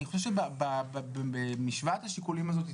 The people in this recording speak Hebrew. אני חושב שבמשוואת השיקולים הזאת,